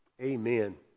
Amen